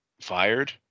fired